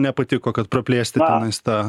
nepatiko kad praplėsti tenais tą